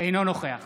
אינו נוכח